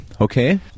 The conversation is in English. Okay